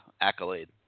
accolade